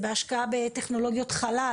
בהשקעה בטכנולוגיות חלל,